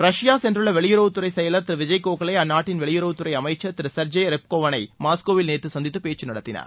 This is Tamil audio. ரஷ்யா சென்றுள்ள வெளியுறவுத்துறை செயலர் திரு விஜய் கோகலே அந்நாட்டின் வெளியுறவுத்துறை அமைச்சர் திரு செர்ஜே ரெப்கோவானை மாஸ்கோவில் நேற்று சந்தித்து பேச்சு நடத்தினார்